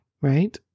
Right